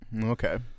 Okay